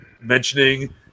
mentioning –